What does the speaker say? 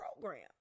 program